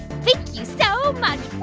thank you so much.